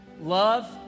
love